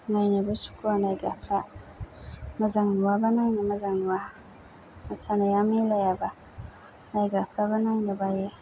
नायनोबो सुखुवा नायग्राफ्रा मोजां नुवाबा नायनो मोजां नुवा मोसानाया मिलायाबा नायग्राफ्राबो नायनो बायो